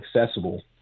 accessible